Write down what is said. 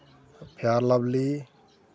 fair ᱞᱟᱵᱷᱞᱤ